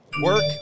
work